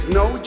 no